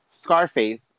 Scarface